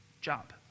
job